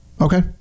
Okay